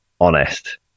honest